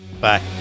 Bye